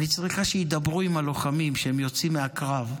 אני צריכה שידברו עם הלוחמים כשהם יוצאים מהקרב.